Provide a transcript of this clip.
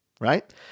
right